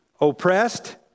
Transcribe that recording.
Oppressed